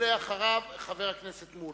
אחריו, חבר הכנסת מולה.